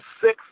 six